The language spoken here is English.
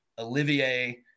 Olivier